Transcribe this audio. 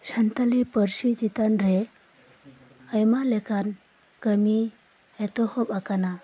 ᱥᱟᱱᱛᱟᱞᱤ ᱯᱟᱨᱥᱤ ᱪᱮᱛᱟᱱ ᱨᱮ ᱟᱭᱢᱟ ᱞᱮᱠᱟᱱ ᱠᱟᱢᱤ ᱮᱛᱚᱦᱚᱵ ᱟᱠᱟᱱᱟ